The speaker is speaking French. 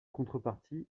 contrepartie